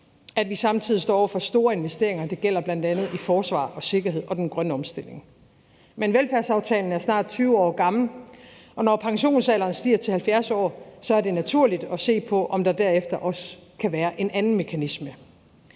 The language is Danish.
vi samtidig står over for store investeringer i bl.a. forsvar, sikkerhed og den grønne omstilling. Men velfærdsaftalen er snart 20 år gammel, og når pensionsalderen stiger til 70 år, er det naturligt at se på, om der derefter også kan være en anden mekanisme.